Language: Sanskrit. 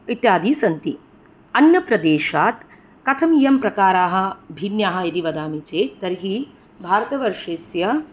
इत्यादि सन्ति अन्यप्रदेशात् कथम् इयं प्रकाराः भिन्नाः इति वदामि चेत् तर्हि भारतवर्षस्य